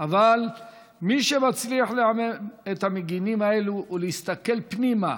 אבל מי שמצליח לעמעם את המגינים האלה ולהסתכל פנימה,